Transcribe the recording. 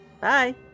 Bye